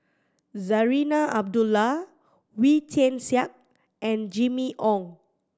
Zarinah Abdullah Wee Tian Siak and Jimmy Ong